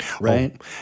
Right